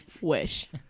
wish